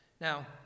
Now